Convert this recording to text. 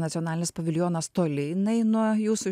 nacionalinis paviljonas toli jinai nuo jūsų